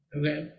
Okay